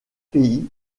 pays